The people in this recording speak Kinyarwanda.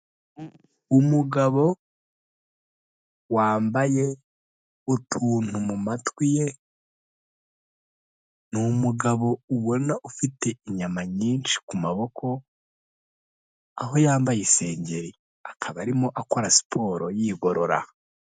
Umugabo wambaye utuntu mu matwi ye, ni umugabo ubona ufite inyama nyinshi ku maboko; aho yambaye isengeri akaba arimo akora siporo yigorora.